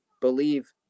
believe